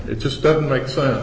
it just doesn't make sense